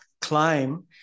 climb